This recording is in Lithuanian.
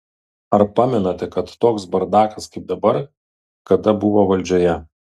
ar pamenate kad toks bardakas kaip dabar kada buvo valdžioje